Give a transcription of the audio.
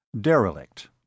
Derelict